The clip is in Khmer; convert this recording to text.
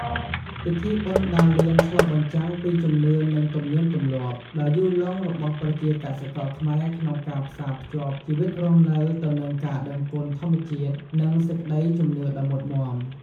ពិធីបុណ្យដារលានឆ្លុះបញ្ចាំងពី ជំនឿ និងទំនៀមទម្លាប់ ដ៏យូរលង់របស់ប្រជាកសិករខ្មែរក្នុងការផ្សារភ្ជាប់ជីវិតរស់នៅទៅនឹងការដឹងគុណធម្មជាតិ និងសេចក្ដីជំនឿដ៏មុតមាំ។